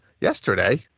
yesterday